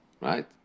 Right